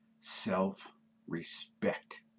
self-respect